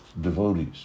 devotees